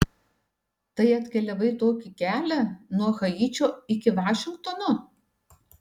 tai atkeliavai tokį kelią nuo haičio iki vašingtono